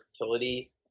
versatility